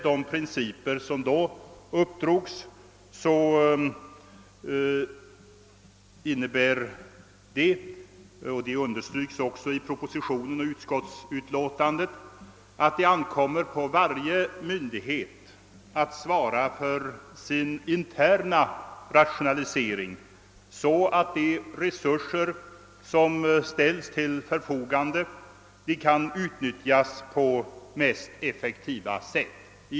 De riktlinjer som då drogs upp innebär — och det understryks i propositionen och utskottsutlåtandet — att det ankommer på varje myndighet att svara för sin interna rationalisering så att de resurser som ställs till förfogande kan utnyttjas på mest effektiva sätt.